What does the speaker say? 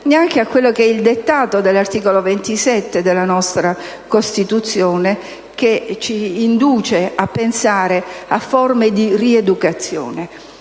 non si può assolvere al dettato dell'articolo 27 della nostra Costituzione, che ci esorta a pensare a forme di rieducazione.